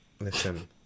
Listen